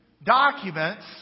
documents